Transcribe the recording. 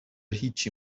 هیچی